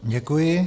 Děkuji.